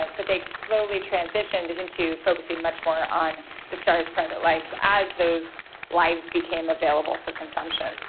but they slowly transitioned into focusing much more on the stars' private lives as those lives became available for consumption.